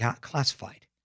classified